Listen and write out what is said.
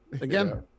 Again